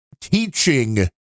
teaching